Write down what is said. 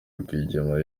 rwigema